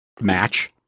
match